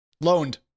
loaned